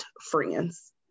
friends